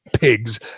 pigs